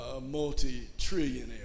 multi-trillionaire